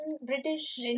British